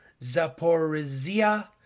Zaporizhia